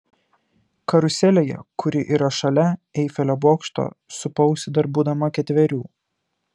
karuselėje kuri yra šalia eifelio bokšto supausi dar būdama ketverių